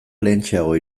lehentxeago